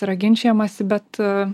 yra ginčijamasi bet